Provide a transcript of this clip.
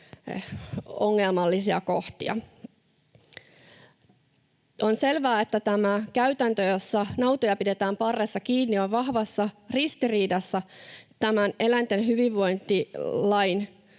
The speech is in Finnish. ongelmallisia kohtia. On selvää, että tämä käytäntö, jossa nautoja pidetään parressa kiinni, on vahvassa ristiriidassa eläinten hyvinvointilain